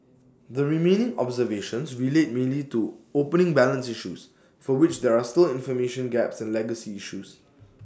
the remaining observations relate mainly to opening balance issues for which there are still information gaps and legacy issues